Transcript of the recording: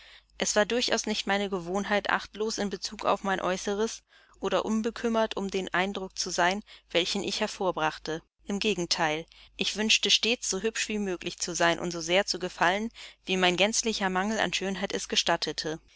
es war durchaus nicht meine gewohnheit achtlos in bezug auf mein äußeres oder unbekümmert um den eindruck zu sein welchen ich hervorbrachte im gegenteil ich wünschte stets so hübsch wie möglich zu sein und so sehr zu gefallen wie mein gänzlicher mangel an schönheit es gestattete